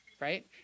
right